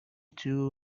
two